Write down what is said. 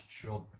children